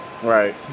Right